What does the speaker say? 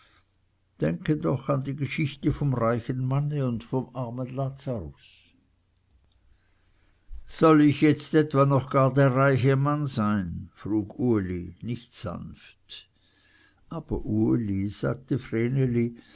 denke doch an die geschichte vom reichen manne und vom armen lazarus soll ich jetzt etwa noch gar der reiche mann sein frug uli nicht sanft aber uli sagte